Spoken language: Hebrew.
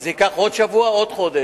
זה ייקח עוד שבוע או עוד חודש.